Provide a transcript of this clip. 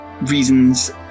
reasons